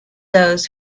those